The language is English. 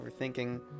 overthinking